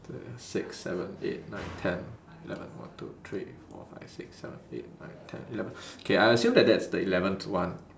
two six seven eight nine ten eleven one two three four five six seven eight nine ten eleven K I assume that that's the eleventh one